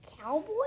cowboy